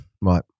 Right